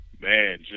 Man